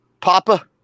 Papa